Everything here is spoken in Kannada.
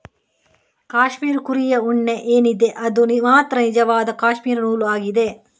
ಕ್ಯಾಶ್ಮೀರ್ ಕುರಿಯ ಉಣ್ಣೆ ಏನಿದೆ ಅದು ಮಾತ್ರ ನಿಜವಾದ ಕ್ಯಾಶ್ಮೀರ್ ನೂಲು ಆಗಿದೆ